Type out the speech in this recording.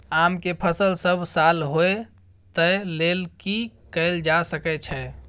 आम के फसल सब साल होय तै लेल की कैल जा सकै छै?